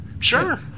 Sure